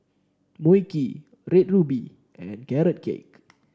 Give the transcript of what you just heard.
Mui Kee Red Ruby and Carrot Cake